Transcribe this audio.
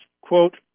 quote